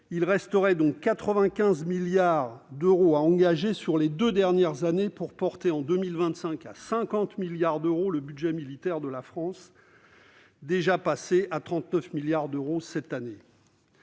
Il resterait donc 95 milliards d'euros à engager sur les deux dernières années pour porter à 50 milliards d'euros, en 2025, le budget militaire de la France, déjà passé à quelque 39 milliards d'euros cette année.